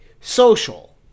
Social